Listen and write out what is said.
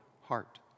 heart